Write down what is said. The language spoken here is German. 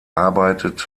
arbeitet